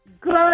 Good